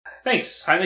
Thanks